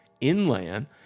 inland